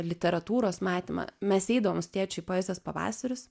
literatūros matymą mes eidavom su tėčiu į poezijos pavasarius